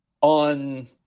On